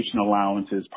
allowances